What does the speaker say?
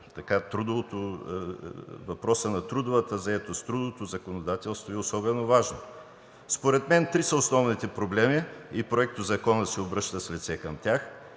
въпросът за трудовата заетост и трудовото законодателство е особено важен. Според мен три са основните проблеми и Проектозаконът се обръща с лице към тях.